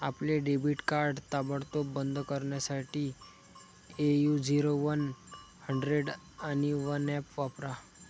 आपले debit card ताबडतोब बंद करण्यासाठी ए.यू झिरो वन हंड्रेड आणि वन ऍप वापरा